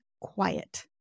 quiet